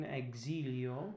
exilio